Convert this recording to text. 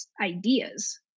ideas